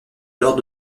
alors